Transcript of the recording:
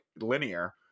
linear